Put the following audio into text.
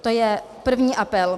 To je první apel.